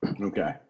Okay